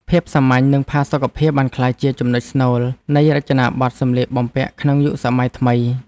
ភាពសាមញ្ញ និងផាសុកភាពបានក្លាយជាចំណុចស្នូលនៃរចនាប័ទ្មសម្លៀកបំពាក់ក្នុងយុគសម័យថ្មី។